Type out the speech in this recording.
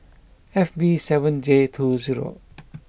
F B seven J two zero